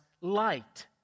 light